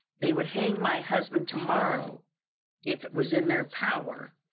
they would hang my husband to-morrow if it was in their power,